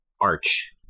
arch